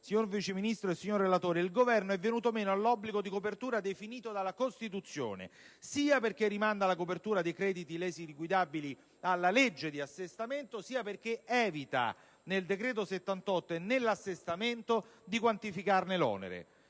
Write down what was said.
signor Vice ministro e signor relatore, il Governo è venuto meno all'obbligo di copertura definito dalla Costituzione, sia perché rimanda la copertura dei crediti resi liquidabili alla legge di assestamento, sia perché evita, nel citato decreto-legge n. 78 del 2009 e nell'assestamento, di quantificarne l'onere;